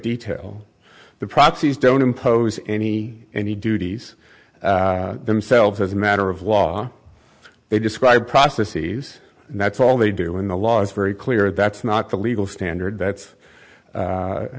detail the proxies don't impose any any duties themselves as a matter of law they describe prophecies and that's all they do in the law is very clear that's not the legal standard that's